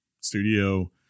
Studio